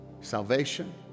salvation